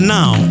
Now